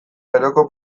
geroko